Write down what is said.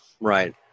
Right